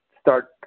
start